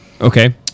Okay